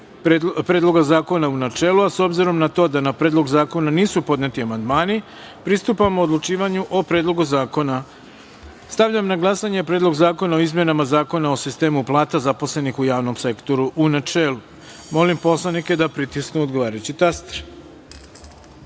Predloga zakona u načelu, a s obzirom na to da na predlog zakona nisu podneti amandmani, pristupamo odlučivanju o Predlogu zakona. Stavljam na glasanje Predlog zakona o izmenama Zakona o sistemu plata zaposlenih u javnom sektoru u načelu. Molim poslanike da pritisnu odgovarajući